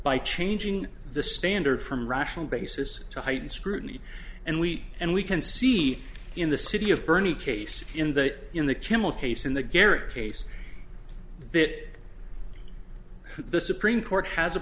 by changing the standard from rational basis to heightened scrutiny and we and we can see in the city of bernie case in the in the kimmel case in the garrett case that the supreme court has a